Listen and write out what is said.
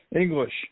English